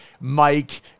Mike